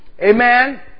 Amen